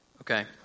Okay